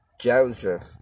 Joseph